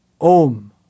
Om